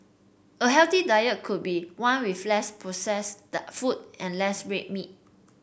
a healthy diet could be one with less processed foods and less red meat